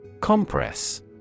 Compress